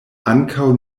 ankaŭ